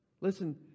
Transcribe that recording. Listen